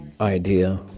idea